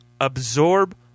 absorb